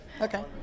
Okay